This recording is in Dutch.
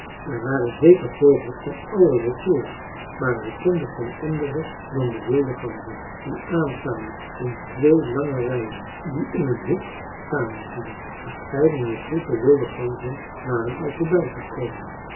er waren zeker vogels van allerlei soort maar hij kende geen andere dan de wilde ganzen die aankwamen in twee lange rijen die in een hoek samenvielen verscheidene troepen wilde ganzen waren al